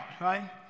right